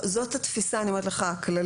זאת התפיסה הכללית.